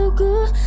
good